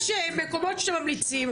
יש מקומות שממליצים,